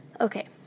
Okay